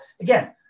again